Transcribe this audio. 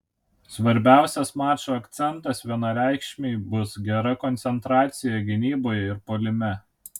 svarbiausias mačo akcentas vienareikšmiai bus gera koncentracija gynyboje ir puolime